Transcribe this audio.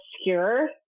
obscure